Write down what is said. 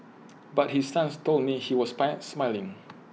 but his sons told me he was by smiling